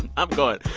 and i'm going.